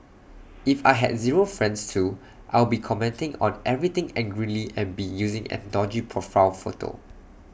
if I had zero friends too I'd be commenting on everything angrily and be using an dodgy profile photo